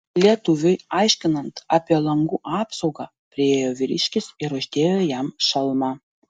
lietuviui aiškinant apie langų apsaugą priėjo vyriškis ir uždėjo jam šalmą